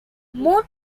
more